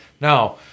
Now